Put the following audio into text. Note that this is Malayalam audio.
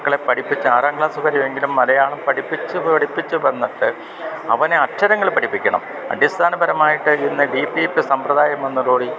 മക്കളെ പഠിപ്പിച്ച് ആറാം ക്ളാസ്സ് വരെയെങ്കിലും മലയാളം പഠിപ്പിച്ച് പഠിപ്പിച്ച് വന്നിട്ട് അവന് അക്ഷരങ്ങൾ പഠിപ്പിക്കണം അടിസ്ഥാനപരമായിട്ട് ഇന്ന് ഡീ പ്പി യീ പ്പി സമ്പ്രദായം വന്നതോടുകൂടി